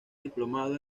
diplomado